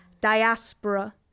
diaspora